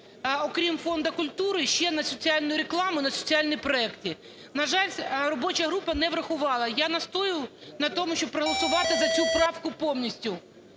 окрім Фонду культури, ще на соціальну рекламу, на соціальні проекти. На жаль, робоча група не врахувала. Я настоюю на тому, щоб проголосувати за цю правку повністю,